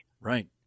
Right